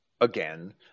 Again